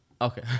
Okay